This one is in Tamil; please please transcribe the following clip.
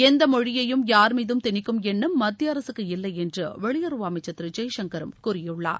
எந்த மொழியையும் யார்மீதம் திணிக்கும் எண்ணம் மத்திய அரசுக்கு இல்லை என்று வெளியுறவு அமைச்சர் திரு ஜெய்சங்கரும் கூறியுள்ளார்